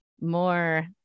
more